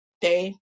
day